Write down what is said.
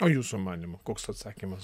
o jūsų manymu koks atsakymas